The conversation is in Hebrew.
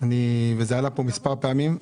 זה עלה פה מספר פעמים.